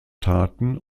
taten